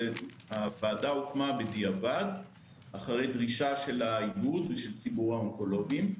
הוועדה הוקמה בדיעבד אחרי דרישת האיגוד ושל ציבור האונקולוגיים.